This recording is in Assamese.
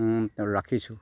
ৰাখিছোঁ